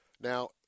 Now